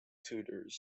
tutors